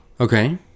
Okay